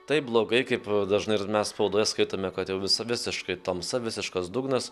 taip blogai kaip dažnai ir mes spaudoje skaitome kad jau visa visiška tamsa visiškas dugnas